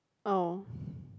oh